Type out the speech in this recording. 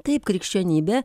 taip krikščionybė